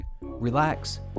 relax